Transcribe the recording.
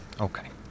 okay